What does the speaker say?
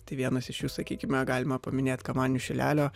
tai vienas iš jų sakykime galima paminėt kamanių šilelio